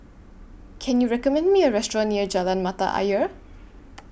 Can YOU recommend Me A Restaurant near Jalan Mata Ayer